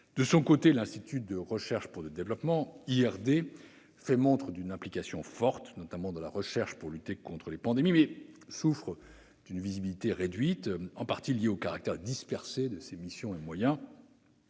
De son côté, l'Institut de recherche pour le développement, l'IRD, fait montre d'une implication forte, notamment dans la recherche pour lutter contre les pandémies, mais souffre d'une visibilité réduite, en partie liée au caractère dispersé de ses missions et moyens.